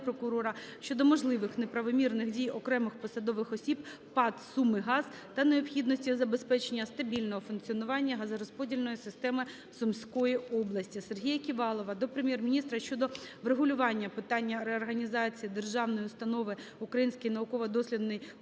щодо можливих неправомірних дій окремих посадових осіб ПАТ "Сумигаз" та необхідності забезпечення стабільного функціонування газорозподільної системи Сумської області. Сергія Ківалова до Прем'єр-міністра щодо врегулювання питання реорганізації Державної установи "Український науково-дослідний